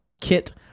kit